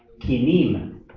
Kinim